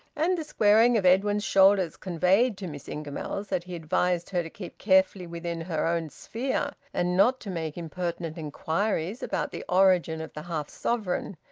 and the squaring of edwin's shoulders conveyed to miss ingamells that he advised her to keep carefully within her own sphere, and not to make impertinent inquiries about the origin of the half-sovereign,